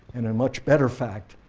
and a much better fact,